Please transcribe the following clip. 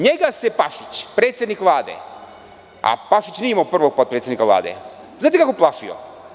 Njega se Pašić, predsednik Vlade, a Pašić nije imao prvog potpredsednika Vlade, znate kako plašio.